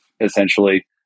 essentially